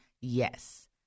Yes